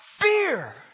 fear